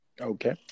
Okay